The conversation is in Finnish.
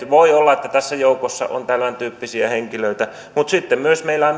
voi olla että tässä joukossa on tämäntyyppisiä henkilöitä keitä varten tämä esitys mahdollisesti on tehty mutta sitten meillä on